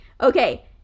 Okay